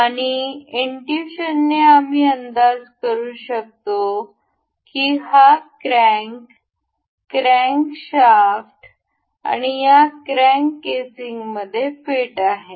आणि इनट्युशनने आम्ही अंदाज करू शकतो की हा क्रॅन्क क्रॅन्कशाफ्ट या क्रॅंक केसिंगमध्ये फिट आहे